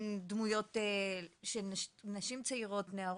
תראי, אני שמעתי את הסיכום שלך אני נפעמת,